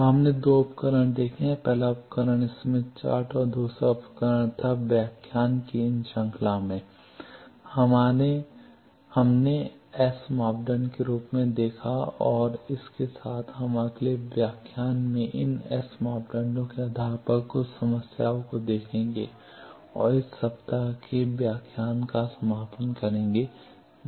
तो हमने दो उपकरण देखे हैं पहला उपकरण स्मिथ चार्ट का दूसरा उपकरण था व्याख्यान की इन श्रृंखला में हमने एस मापदंड के रूप में देखा और इसके साथ हम अगले व्याख्यान में इन एस मापदंडों के आधार पर कुछ समस्याओं को देखेंगे और इस सप्ताह के व्याख्यान का समापन करेंगे